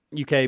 UK